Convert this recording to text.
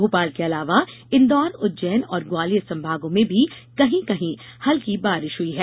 भोपाल के अलावा इन्दौर उज्जैन और ग्वालियर संभागों में भी कहीं कहीं हल्की बारिश हई है